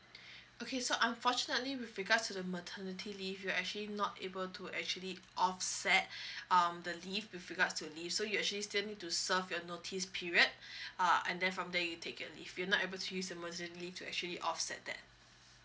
okay so unfortunately with regards to the maternity leave you actually not able to actually offset um the leave with regards to the leave so you actually still need to serve your notice period uh and then from there you take your leave you not able to use your maternity leave to actually offset that